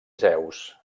zeus